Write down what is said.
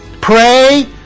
pray